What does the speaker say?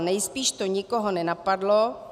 Nejspíš to nikoho nenapadlo.